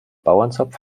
bauernzopf